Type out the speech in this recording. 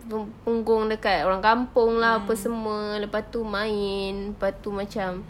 pung~ punggung dekat orang kampung lah apa semua lepas itu main lepas itu macam